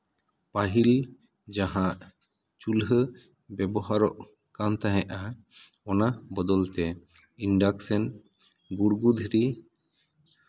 ᱯᱟᱹᱦᱤᱞ ᱡᱟᱦᱟᱸ ᱪᱩᱞᱦᱟᱹ ᱵᱮᱵᱚᱦᱟᱨᱮᱜ ᱠᱟᱱ ᱛᱟᱦᱮᱸᱫᱼᱟ ᱚᱱᱟ ᱵᱚᱫᱚᱞ ᱛᱮ ᱤᱱᱰᱟᱠᱥᱮᱱ ᱜᱩᱲᱜᱩ ᱫᱷᱤᱨᱤ